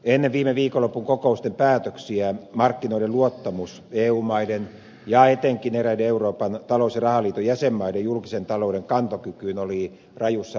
ennen viime viikonlopun kokousten päätöksiä markkinoiden luottamus eu maiden ja etenkin eräiden euroopan talous ja rahaliiton jäsenmaiden julkisen talouden kantokykyyn oli rajussa laskussa